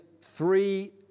three